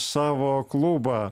savo klubą